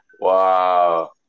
Wow